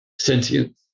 sentience